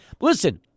Listen